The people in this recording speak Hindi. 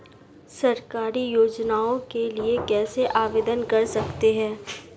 सरकारी योजनाओं के लिए कैसे आवेदन कर सकते हैं?